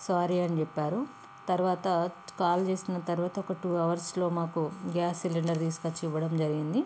sorry అని చెప్పారు తరువాత కాల్ చేసిన తరువాత ఒక టూ అవర్స్లో మాకు గ్యాస్ సిలిండర్ తీసుకొచ్చి ఇవ్వడం జరిగింది